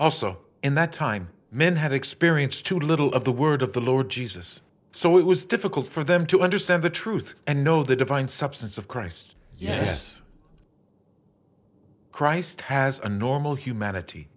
also in that time men had experienced too little of the word of the lord jesus so it was difficult for them to understand the truth and know the divine substance of christ yes christ has a normal humanity